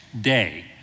day